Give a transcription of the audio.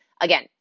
again